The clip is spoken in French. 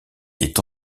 est